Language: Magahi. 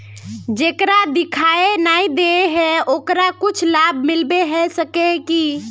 जेकरा दिखाय नय दे है ओकरा कुछ लाभ मिलबे सके है की?